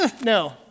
No